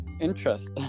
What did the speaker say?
interest